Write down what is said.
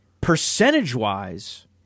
percentage-wise